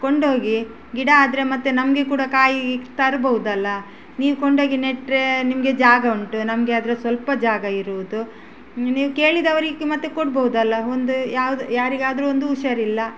ಕೊಂಡೋಗಿ ಗಿಡ ಆದರೆ ಮತ್ತೆ ನಮಗೆ ಕೂಡ ಕಾಯಿ ತರ್ಬಹುದಲ್ಲ ನೀವು ಕೊಂಡೋಗಿ ನೆಟ್ಟರೆ ನಿಮಗೆ ಜಾಗ ಉಂಟು ನಮಗೆ ಆದರೆ ಸ್ವಲ್ಪ ಜಾಗ ಇರುವುದು ನೀವು ಕೇಳಿದವರಿಗೆ ಮತ್ತೆ ಕೊಡ್ಬಹುದಲ್ಲ ಒಂದು ಯಾವ್ದು ಯಾರಿಗಾದರೂ ಒಂದು ಹುಷಾರಿಲ್ಲ